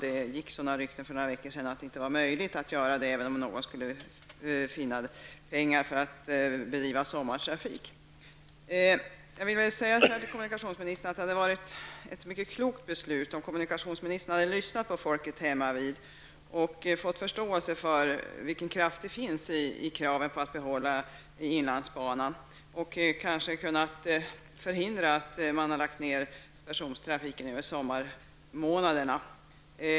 Det gick sådana rykten för några veckor sedan att det inte var möjligt att göra det även om någon skulle finna pengar för att bedriva sommartrafik. Jag vill då säga till kommunikationsministern att det hade varit mycket klokt av kommunikationsministern att lyssna på folket hemmavid så att han hade fått förståelse för vilka krafter det finns i kraven på att behålla inlandsbanan. Det kanske hade kunnat förhindra att man lägger ner persontrafiken över sommarmånaderna.